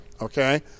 Okay